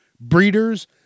breeders